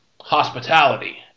hospitality